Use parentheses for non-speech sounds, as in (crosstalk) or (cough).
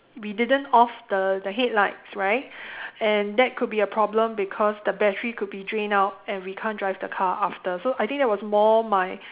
we didn't off the the headlights right (breath) and that could be a problem because the battery could be drained out and we can't drive the car after so I think that was more my